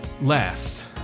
Last